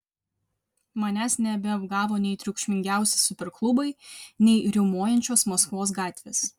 manęs nebeapgavo nei triukšmingiausi superklubai nei riaumojančios maskvos gatvės